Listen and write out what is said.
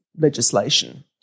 legislation